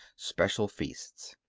special feasts.